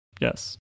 Yes